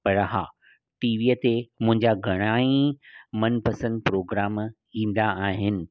हा TV ते मुंहिंजा घणाई मनपसंदि प्रोग्राम ईंदा आहिनि